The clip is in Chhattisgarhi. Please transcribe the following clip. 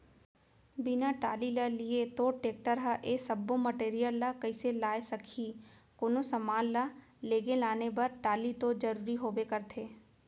बिना टाली ल लिये तोर टेक्टर ह ए सब्बो मटेरियल ल कइसे लाय सकही, कोनो समान ल लेगे लाने बर टाली तो जरुरी होबे करथे